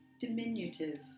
diminutive